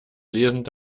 lesend